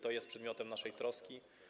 To jest przedmiotem naszej troski.